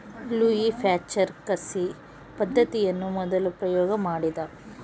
Louis Pasteur ಕಸಿ ಪದ್ದತಿಯನ್ನು ಮೊದಲು ಪ್ರಯೋಗ ಮಾಡಿದ